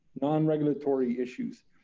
non-regulatory issues.